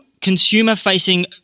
consumer-facing